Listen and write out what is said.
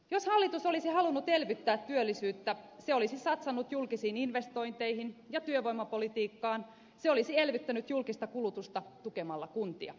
jos hallitus olisi halunnut elvyttää työllisyyttä se olisi satsannut julkisiin investointeihin ja työvoimapolitiikkaan se olisi elvyttänyt julkista kulutusta tukemalla kuntia